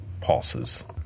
pulses